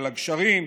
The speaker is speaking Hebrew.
על הגשרים,